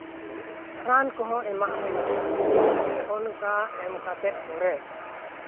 ᱨᱟᱱ ᱠᱚᱦᱚᱸ ᱮᱢᱟᱜ ᱦᱩᱭᱩᱜᱼᱟ ᱚᱱᱠᱟ ᱮᱢ ᱠᱟᱛᱮᱜ ᱯᱚᱨᱮ